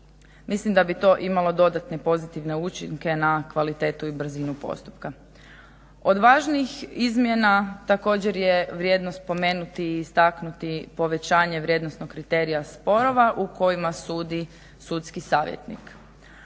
Mislim da bi to imalo dodatne pozitivne učinke na kvalitetu i brzinu postupka. Od važnijih izmjena također je vrijedno spomenuti i istaknuti povećanje vrijednosnog kriterija sporova u kojima sudi sudski savjetnik.